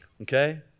okay